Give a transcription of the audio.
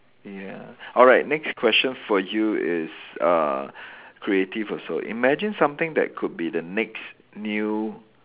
ya alright next question for you is uh creative also imagine something that could be the next new